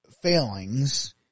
failings